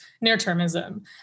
near-termism